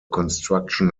construction